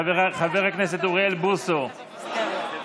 חבר הכנסת אוריאל בוסו,